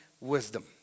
wisdom